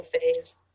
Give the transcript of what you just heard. phase